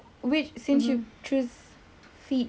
I know what you gonna say saya dah tahu dah apa awak cakap